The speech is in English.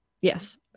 yes